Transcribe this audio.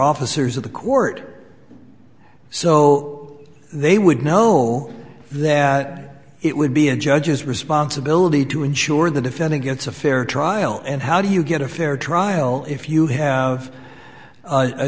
officers of the court so they would know that it would be a judge's responsibility to ensure the defendant gets a fair trial and how do you get a fair trial if you have